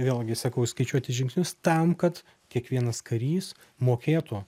vėlgi sakau skaičiuoti žingsnius tam kad kiekvienas karys mokėtų